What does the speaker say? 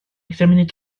examinées